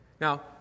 Now